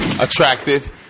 Attractive